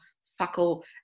suckle